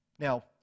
Now